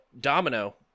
Domino